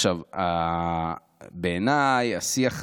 עכשיו, בעיניי, השיח הזה,